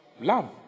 Love